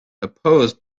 opposed